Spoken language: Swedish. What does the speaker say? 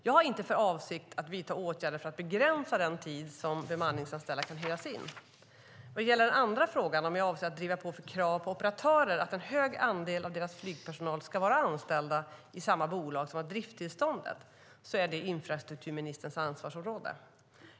Jag har inte för avsikt att vidta åtgärder för att begränsa den tid som bemanningsanställda kan hyras in. Vad gäller den andra frågan, om jag avser att driva på för krav på operatörer att en hög andel av deras flygpersonal ska vara anställd i samma bolag som har driftstillståndet, är det infrastrukturministerns ansvarsområde.